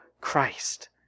Christ